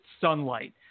sunlight